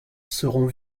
seront